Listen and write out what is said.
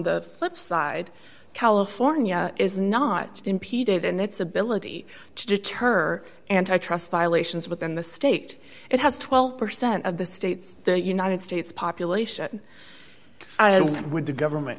the flip side california is not impeded in its ability to deter antitrust violations within the state it has twelve percent of the states the united states population and when the government